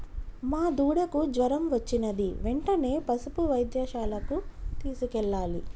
మా దూడకు జ్వరం వచ్చినది వెంటనే పసుపు వైద్యశాలకు తీసుకెళ్లాలి